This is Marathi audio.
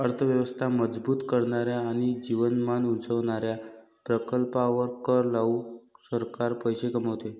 अर्थ व्यवस्था मजबूत करणाऱ्या आणि जीवनमान उंचावणाऱ्या प्रकल्पांवर कर लावून सरकार पैसे कमवते